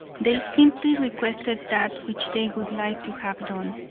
they simply requested that which they would like to have done.